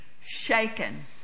shaken